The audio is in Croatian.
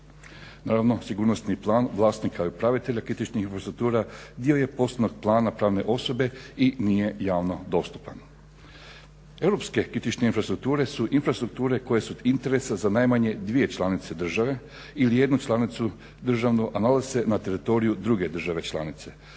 Naravno sigurnosni plan vlasnika i upravitelja kritičnih infrastruktura dio je poslovnog plana pravne osobe i nije javno dostupan. Europske kritične infrastrukture su infrastrukture koje su od interesa za najmanje dvije članice države ili jednu članicu državnu a nalazi se na teritoriju druge države članice.